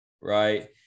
right